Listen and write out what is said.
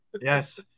Yes